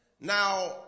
Now